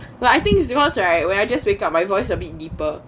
well I think it's because right when I just wake up my voice a bit deeper